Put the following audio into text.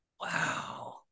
Wow